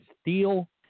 steel